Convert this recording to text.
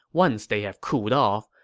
once they have cooled off,